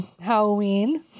Halloween